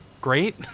great